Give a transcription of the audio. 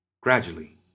Gradually